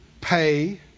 pay